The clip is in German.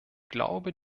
glaube